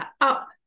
up